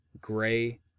gray